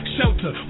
Shelter